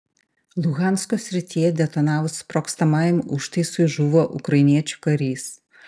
luhansko srityje detonavus sprogstamajam užtaisui žuvo ukrainiečių karys